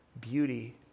beauty